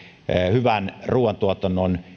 hyvän ruoantuotannon